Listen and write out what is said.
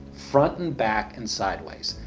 front and back and sideways.